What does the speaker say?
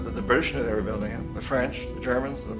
the british knew they were building them, the french, the germans,